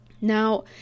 Now